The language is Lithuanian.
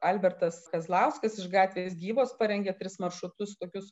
albertas kazlauskas iš gatvės gyvos parengė tris maršrutus tokius